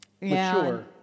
Mature